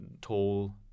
tall